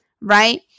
right